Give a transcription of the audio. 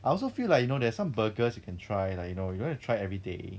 I also feel like you know there's some burgers you can try like you know you wanna try everyday